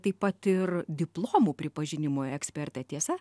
taip pat ir diplomų pripažinimo ekspertė tiesa